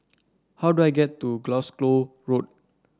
how do I get to Glasgow Road